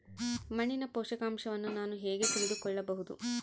ಮಣ್ಣಿನ ಪೋಷಕಾಂಶವನ್ನು ನಾನು ಹೇಗೆ ತಿಳಿದುಕೊಳ್ಳಬಹುದು?